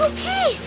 Okay